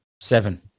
Seven